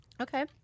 Okay